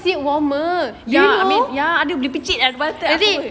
ya I mean ya air boleh percik pantat aku